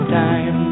time